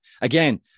again